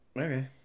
Okay